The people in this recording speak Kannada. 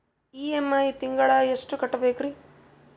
ಇ.ಎಂ.ಐ ತಿಂಗಳ ಎಷ್ಟು ಕಟ್ಬಕ್ರೀ?